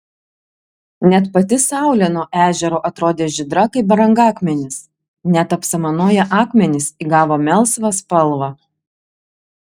net pati saulė nuo ežero atrodė žydra kaip brangakmenis net apsamanoję akmenys įgavo melsvą spalvą